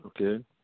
okay